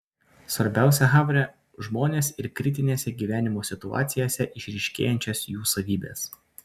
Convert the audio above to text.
svarbiausia havre žmonės ir kritinėse gyvenimo situacijose išryškėjančios jų savybės